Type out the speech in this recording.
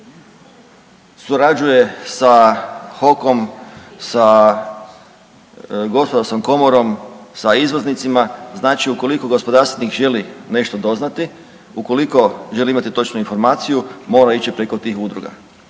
surađuje sa HOK-om, sa gospodarskom komorom, sa izvoznicima, znači ukoliko gospodarstvenik želi nešto doznati, ukoliko želi imati točnu informaciju mora ići preko tih udruga.